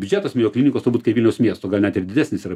biudžetas klinikos turbūt kai vilniaus miesto gal net ir didesnis ir